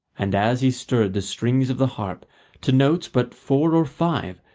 and as he stirred the strings of the harp to notes but four or five,